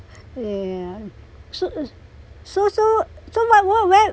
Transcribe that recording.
yeah so so so so where where where